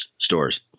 stores